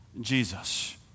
Jesus